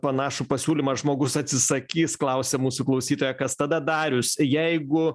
panašų pasiūlymą žmogus atsisakys klausia mūsų klausytoja kas tada darius jeigu